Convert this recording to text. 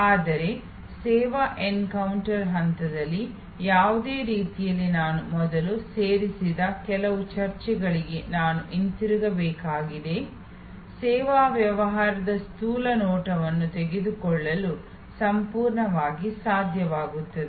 ಆದರೆ ಸೇವಾ ಎನ್ಕೌಂಟರ್ ಹಂತದಲ್ಲಿ ಯಾವುದೇ ರೀತಿಯಲ್ಲಿ ನಾನು ಮೊದಲು ಸೇರಿಸಿದ ಕೆಲವು ಚರ್ಚೆಗಳಿಗೆ ನಾನು ಹಿಂತಿರುಗಬೇಕಾಗಿದೆ ಸೇವಾ ವ್ಯವಹಾರದ ಸ್ಥೂಲ ನೋಟವನ್ನು ತೆಗೆದುಕೊಳ್ಳಲು ಸಂಪೂರ್ಣವಾಗಿ ಸಾಧ್ಯವಾಗುತ್ತದೆ